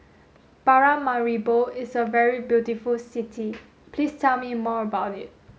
Paramaribo is a very beautiful city Please tell me more about it